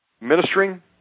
ministering